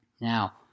Now